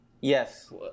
Yes